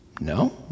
No